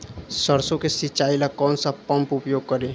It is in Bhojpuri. सरसो के सिंचाई ला कौन सा पंप उपयोग करी?